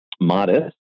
modest